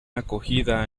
acogida